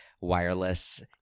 wireless